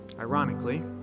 ironically